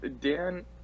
Dan